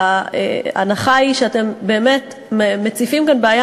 וההנחה היא שאתם באמת מציפים כאן בעיה